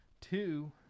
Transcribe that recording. Two